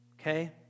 okay